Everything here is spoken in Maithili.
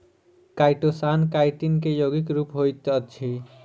काइटोसान काइटिन के यौगिक रूप होइत अछि